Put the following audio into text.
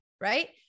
right